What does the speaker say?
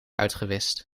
uitgewist